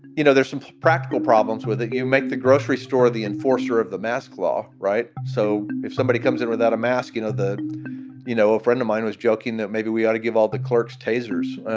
you know, there's some practical problems with it. you make the grocery store the enforcer of the mask law. right. so if somebody comes in without a mask, you know, the you know, a friend of mine was joking that maybe we ought to give all the clerks tasers